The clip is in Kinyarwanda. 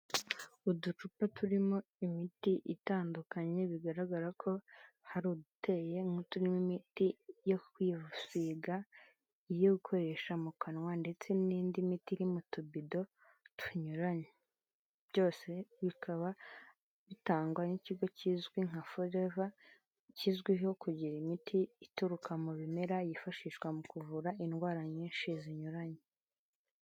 Uducupa turimo imiti itandukanye bigaragara ko hari uduteye nk'uturimo imiti yo kwisiga, iyo gukoresha mu kanwa, ndetse n'indi miti iri mu tubido tunyuranye. Byose bikaba bitangwa n'ikigo kizwi nka foreva kizwiho kugira imiti ituruka mu bimera yifashishwa mu kuvura indwara nyinshi zinyuranye.